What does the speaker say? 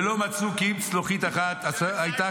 ולא מצאו כי אם צלוחית אחת אשר הייתה